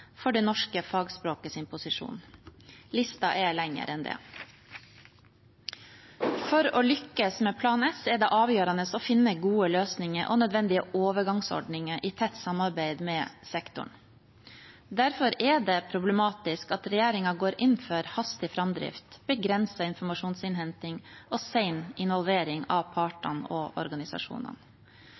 og det norske fagspråkets posisjon? Listen er lengre enn det. For å lykkes med Plan S er det avgjørende å finne gode løsninger og nødvendige overgangsordninger i tett samarbeid med sektoren. Derfor er det problematisk at regjeringen går inn for hastig framdrift, begrenset informasjonsinnhenting og sen involvering av partene og organisasjonene.